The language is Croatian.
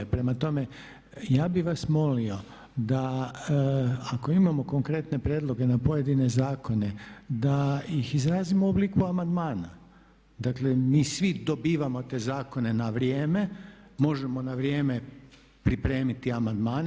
Prema tome, ja bih vas molio da ako imamo konkretne prijedloge na pojedine zakone da ih izrazimo u obliku amandmana, dakle mi svi dobivamo te zakone na vrijeme, možemo na vrijeme pripremiti amandmane.